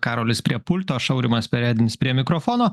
karolis prie pulto aš aurimas perednis prie mikrofono